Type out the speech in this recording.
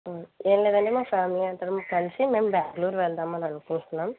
ఏమి లేదండి మా ఫ్యామిలీ అందరం కలిసి మేము బెంగళూరు వెళ్దాం అని అనుకుంటున్నాం